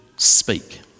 speak